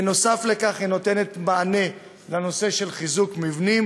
בנוסף לכך, היא נותנת מענה לנושא של חיזוק מבנים,